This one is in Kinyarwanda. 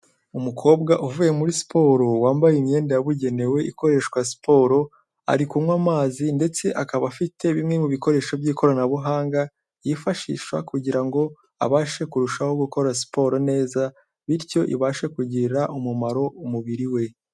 Umukobwa uvuye muri siporo wambaye imyenda yabugenewe ikoreshwa siporo, ari kunywa amazi ndetse akaba afite bimwe mu bikoresho by'ikoranabuhanga, yifashisha kugira ngo abashe kurushaho gukora siporo neza bityo ibashe kugirira umumaro umubiri we.